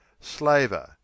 Slaver